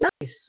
Nice